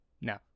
No